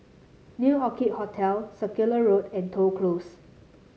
New Orchid Hotel Circular Road and Toh Close